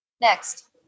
Next